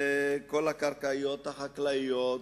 כל הקרקעות החקלאיות,